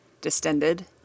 distended